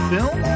Film